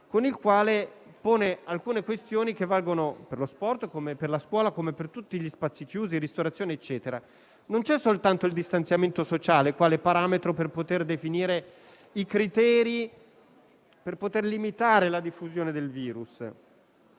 con il quale pone alcune questioni che valgono per lo sport, come per la scuola e per tutti gli spazi chiusi, quali ad esempio la ristorazione. Non c'è soltanto il distanziamento sociale quale parametro per definire i criteri per poter limitare la diffusione del virus.